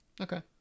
Okay